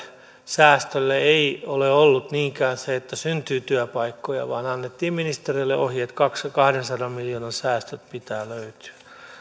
säästölle ei ole ollut niinkään se että syntyy työpaikkoja vaan annettiin ministeriölle ohje että kahdensadan miljoonan säästöt pitää löytyä